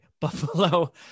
Buffalo